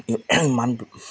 এই ইমান